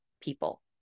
people